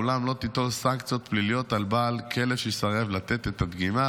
אולם לא תוטל סנקציה פלילית על בעל כלב שיסרב לתת את הדגימה.